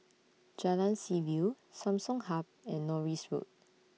Jalan Seaview Samsung Hub and Norris Road